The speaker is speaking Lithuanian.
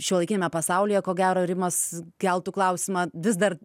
šiuolaikiniame pasaulyje ko gero rimas keltų klausimą vis dar